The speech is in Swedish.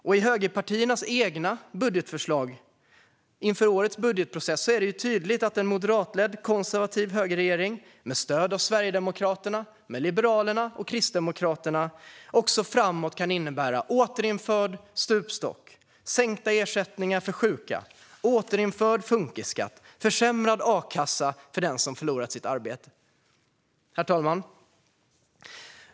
Och i högerpartiernas eget budgetförslag inför årets budgetprocess är det tydligt att en moderatledd konservativ högerregering med stöd av Sverigedemokraterna, Liberalerna och Kristdemokraterna också framåt kan innebära återinförd stupstock, sänkta ersättningar för sjuka, återinförd funkisskatt och försämrad a-kassa för den som förlorat sitt arbete. Herr talman!